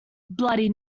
bloody